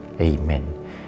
Amen